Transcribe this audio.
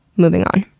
moving on.